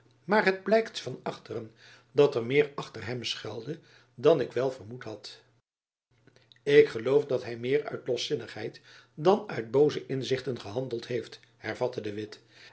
maar het blijkt van achteren dat er meer achter hem schuilde dan ik wel vermoed had ik geloof dat hy meer uit loszinnigheid dan uit boze inzichten gehandeld heeft hervatte de witt